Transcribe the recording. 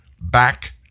back